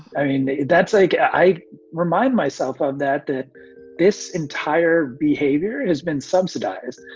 i mean, that's like i remind myself of that, that this entire behavior has been subsidized.